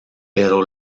pero